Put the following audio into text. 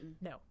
No